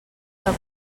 del